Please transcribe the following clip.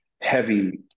Heavy